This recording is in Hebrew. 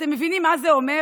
אתם מבינים מה זה אומר?